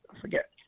forget